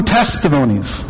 testimonies